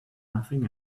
nothing